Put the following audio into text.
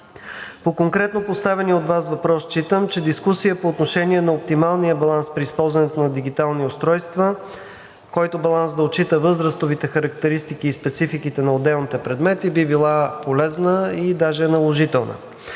По конкретно поставения от Вас въпрос считам, че дискусия по отношение на оптималния баланс при използването на дигитални устройства, който да отчита възрастовите характеристики и спецификите на отделните предмети, би била полезна и даже е наложителна.